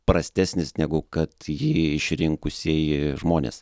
prastesnis negu kad jį išrinkusieji žmonės